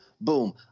Boom